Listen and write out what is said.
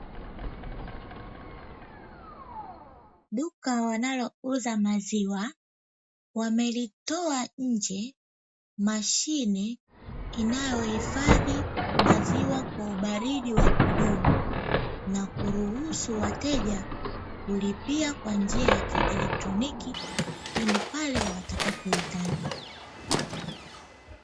Duka wanalouza maziwa, wamelitoa nje, mashine inayohifadhi maziwa kwa ubaridi wa kudumu na kuruhusu wateja kulipia kwa njia ya kielektroniki pindi pale watakapohitaji.